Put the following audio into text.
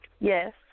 Yes